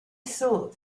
thought